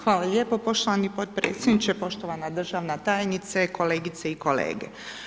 Hvala lijepo poštovani potpredsjedniče, poštovana državna tajnice, kolegice i kolege.